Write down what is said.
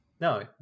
No